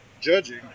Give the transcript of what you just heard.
judging